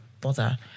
bother